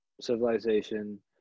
civilization